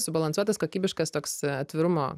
subalansuotas kokybiškas toks atvirumo